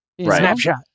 snapshot